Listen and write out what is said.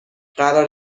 قرار